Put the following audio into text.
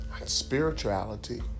spirituality